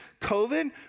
COVID